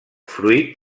fruit